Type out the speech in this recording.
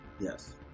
Yes